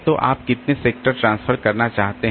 तो आप कितने सेक्टर ट्रांसफर करना चाहते हैं